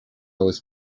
always